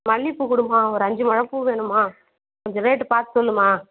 மல்லிப்பூ கொடுமா ஒரு அஞ்சு முழொம் பூ வேணும்மா கொஞ்சம் ரேட்டு பார்த்து சொல்லுமா